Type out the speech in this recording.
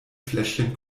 fläschchen